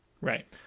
right